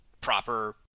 proper